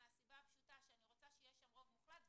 מהסיבה הפשוטה שאני רוצה שיהיה שם רוב מוחלט,